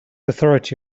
authority